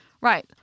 Right